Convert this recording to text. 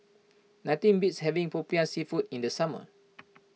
nothing beats having Popiah Seafood in the summer